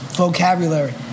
Vocabulary